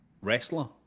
wrestler